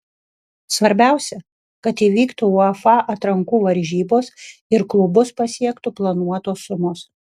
svarbiausia kad įvyktų uefa atrankų varžybos ir klubus pasiektų planuotos sumos